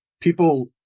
people